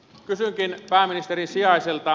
kysynkin pääministerin sijaiselta